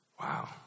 Wow